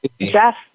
Jeff